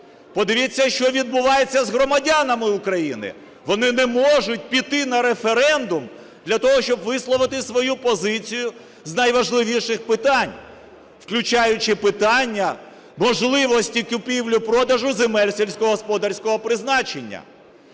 Подивіться, що відбувається з громадянами України. Вони не можуть піти на референдум для того, щоб висловити свою позицію з найважливіших питань, включаючи питання можливості купівлі і продажу земель сільськогосподарського призначення.